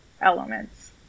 elements